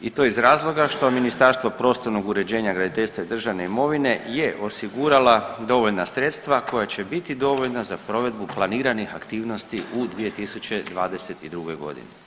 I to iz razloga što Ministarstvo prostornog uređenja, graditeljstva i državne imovine je osigurala dovoljna sredstva koja će biti dovoljna za provedbu planiranih aktivnosti u 2022. godini.